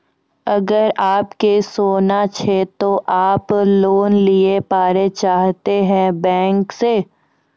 अगर आप के सोना छै ते आप लोन लिए पारे चाहते हैं बैंक से?